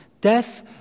Death